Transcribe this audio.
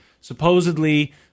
supposedly